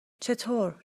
چطور